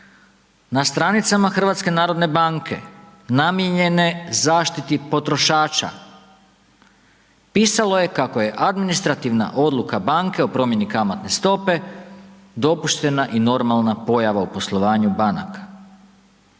na stranicama HNB-a namijenjene zaštiti potrošača pisalo je kako je administrativna odluka banke o promjeni kamatne stope dopuštena i normalna pojava u poslovanju banaka.